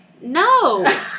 no